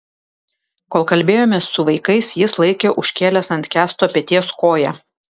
kol kalbėjomės su vaikais jis laikė užkėlęs ant kęsto peties koją